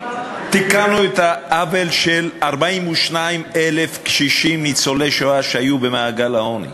תיקנו את העוול של 42,000 קשישים ניצולי שואה שהיו במעגל העוני.